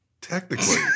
technically